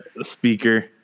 speaker